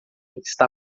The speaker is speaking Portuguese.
está